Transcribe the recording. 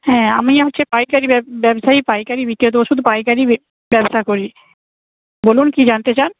হ্যাঁ আমি হচ্ছে পাইকারি ব্যবসায়ী পাইকারি ওষুধ পাইকারি ব্যবসা করি বলুন কি জানতে চান